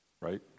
right